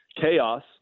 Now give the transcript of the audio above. chaos